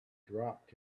dropped